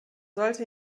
sollte